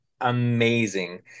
amazing